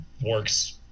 works